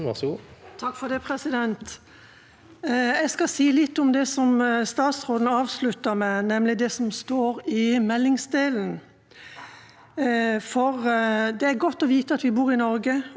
Det er godt å vite at vi bor i Norge og til tross for uenighet i mange politiske saker står samlet om grunnverdiene og grunnvilkårene for å avholde frie og rettferdige valg.